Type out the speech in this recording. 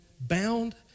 bound